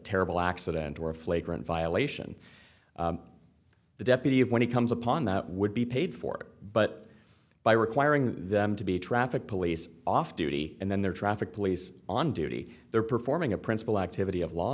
terrible accident or a flagrant violation the deputy when he comes upon that would be paid for but by requiring them to be traffic police off duty and then there are traffic police on duty there performing a principal activity of law